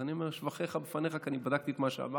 אז אני אומר את שבחיך בפניך כי אני בדקתי את מה שאמרתי.